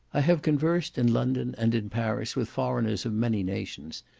i have conversed in london and in paris with foreigners of many nations,